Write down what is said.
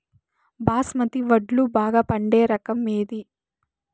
బాస్మతి వడ్లు బాగా పండే రకం ఏది